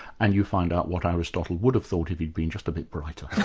and you find out what aristotle would have thought if he'd been just a bit brighter.